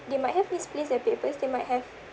they might have misplaced their papers they might have